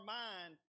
mind